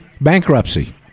Bankruptcy